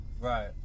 Right